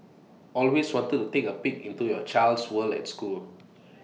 always wanted to take A peek into your child's world at school